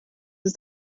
ist